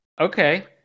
okay